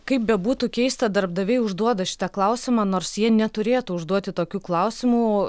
kaip bebūtų keista darbdaviai užduoda šitą klausimą nors jie neturėtų užduoti tokių klausimų